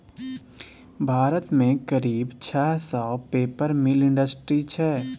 भारत मे करीब छह सय पेपर मिल इंडस्ट्री छै